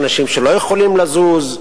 של אנשים שמאושפזים בפרוזדור.